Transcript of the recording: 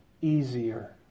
easier